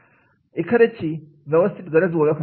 एखाद्याची व्यवस्थित गरज ओळखणे